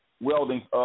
welding